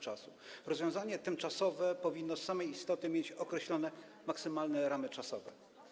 Rozwiązanie tymczasowe powinno z samej istoty mieć określone maksymalne ramy czasowe.